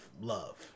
love